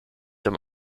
den